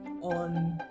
on